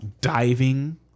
diving